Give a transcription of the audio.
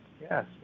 Yes